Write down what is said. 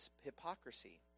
hypocrisy